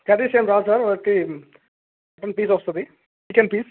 curries ఏమి రావు sir వట్టి మటన్ పీస్ వస్తుంది చికెన్ పీస్